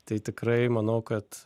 tai tikrai manau kad